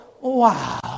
Wow